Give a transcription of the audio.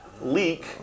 leak